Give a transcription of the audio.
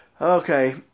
Okay